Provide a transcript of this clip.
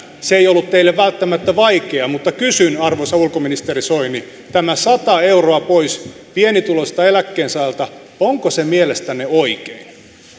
se ei ollut teille välttämättä vaikeaa mutta kysyn arvoisa ulkoministeri soini onko tämä sata euroa pois pienituloiselta eläkkeensaajalta mielestänne oikein